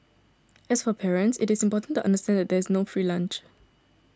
as for parents it is important to understand that there is no free lunch